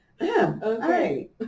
Okay